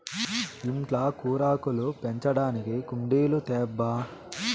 ఇంట్ల కూరాకులు పెంచడానికి కుండీలు తేబ్బా